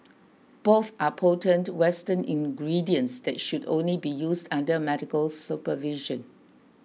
both are potent western ingredients that should only be used under medical supervision